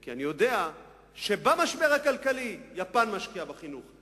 אני יודע שבמשבר הכלכלי יפן משקיעה בחינוך,